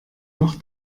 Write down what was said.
noch